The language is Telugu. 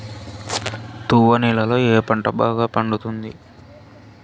తువ్వ నేలలో ఏ పంట బాగా పండుతుంది?